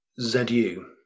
ZU